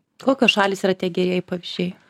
kokios šalys yra tie gerieji pavyzdžiai